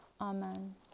Amen